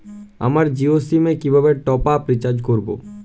আমার জিও সিম এ কিভাবে টপ আপ রিচার্জ করবো?